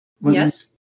Yes